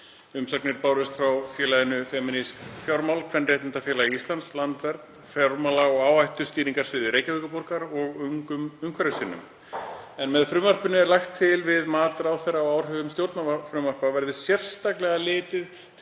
Umsagnir bárust frá félaginu Femínísk fjármál, Kvenréttindafélagi Íslands, Landvernd, fjármála- og áhættustýringarsviði Reykjavíkurborgar og Ungum umhverfissinnum. Með frumvarpinu er lagt til að við mat ráðherra á áhrifum stjórnarfrumvarpa verði sérstaklega litið